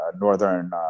northern